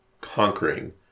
conquering